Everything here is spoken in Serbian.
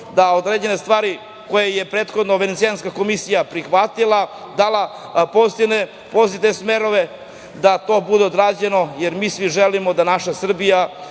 da određene stvari, koje je prethodno Venecijanska komisija prihvatila, dala pozitivne smernice, da to bude odrađeno, jer mi svi želimo da naša Srbija